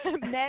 met